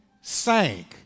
sank